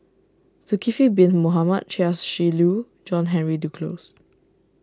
Zulkifli Bin Mohamed Chia Shi Lu John Henry Duclos